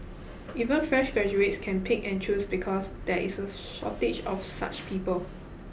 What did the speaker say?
even fresh graduates can pick and choose because there is a shortage of such people